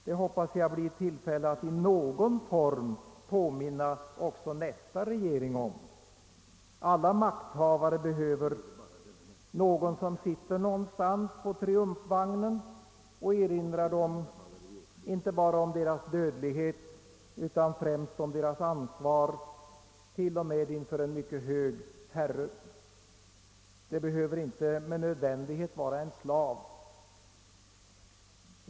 Det hoppas jag få tillfälle att i någon form påminna också nästa regering om. Alla makthavare behöver någon som sitter någonstans på triumfvagnen och erinrar dem inte bara om deras dödlighet utan främst om deras ansvar, till och med inför en mycket högre Herre. Det behöver inte med nödvändighet vara en slav!